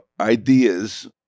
ideas